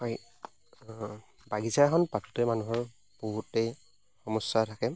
হয় বাগিচা এখন পাতোঁতে মানুহৰ বহুতেই সমস্যা থাকে